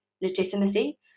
legitimacy